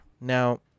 Now